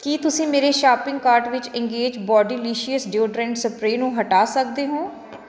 ਕੀ ਤੁਸੀਂ ਮੇਰੇ shopping cart ਵਿਚੋਂ ਇੰਗੇਜ ਬੋਡੀਲੀਸ਼ੀਅਸ ਡੀਓਟਰੈਂਡ ਸਪਰੇਅ ਨੂੰ ਹਟਾ ਸਕਦੇ ਹੋ